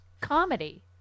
comedy